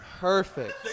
Perfect